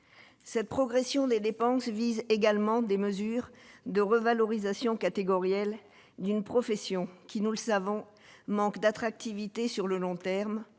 cette progression des dépenses vise également des mesures de revalorisation catégorielle d'une profession qui, nous le savons, manque d'attractivité sur le long terme